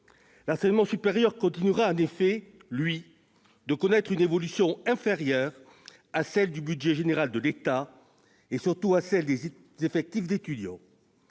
continuera en effet de connaître, lui, une évolution inférieure à celle du budget général de l'État, et surtout à celle des effectifs d'étudiants.